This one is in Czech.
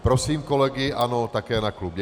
Prosím kolegy ANO také na klub.